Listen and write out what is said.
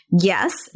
Yes